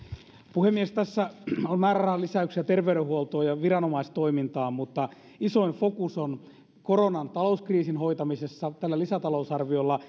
puhemies tässä on määrärahalisäyksiä terveydenhuoltoon ja viranomaistoimintaan mutta isoin fokus on koronan talouskriisin hoitamisessa tällä lisätalousarviolla